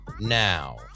now